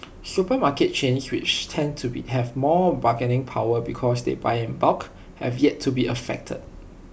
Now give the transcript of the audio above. supermarket chains which tend to have more bargaining power because they buy in bulk have yet to be affected